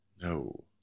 No